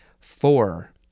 Four